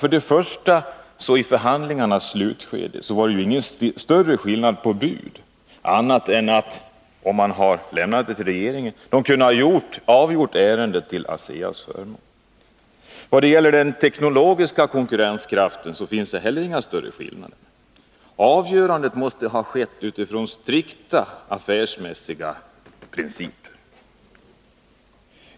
Först och främst var det i förhandlingens slutskede ingen större skillnad i bud än att regeringen kunde ha avgjort ärendet till ASEA:s förmån. Vad gäller den teknologiska konkurrenskraften finns det heller inga större skillnader. Avgörandet måste ha skett utifrån strikta affärsmässiga principer.